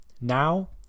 now